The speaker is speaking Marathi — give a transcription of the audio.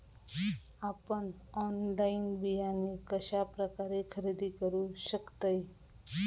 आपन ऑनलाइन बियाणे कश्या प्रकारे खरेदी करू शकतय?